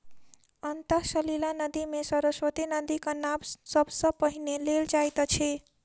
अंतः सलिला नदी मे सरस्वती नदीक नाम सब सॅ पहिने लेल जाइत अछि